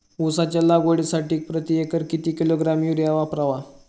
उसाच्या लागवडीसाठी प्रति एकर किती किलोग्रॅम युरिया वापरावा?